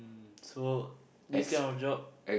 so this kind of job